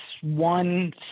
one